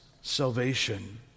salvation